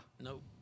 Nope